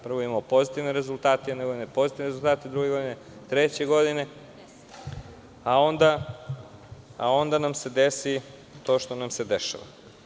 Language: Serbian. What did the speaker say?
Prvo, imamo pozitivne rezultate, jedne godine pozitivne rezultate, druge godine, treće godine, a onda nam se desi to što nam se dešava.